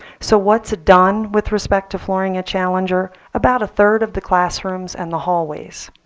so what's it done with respect to flooring at challenger? about a third of the classrooms and the hallways.